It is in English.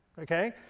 okay